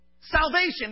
salvation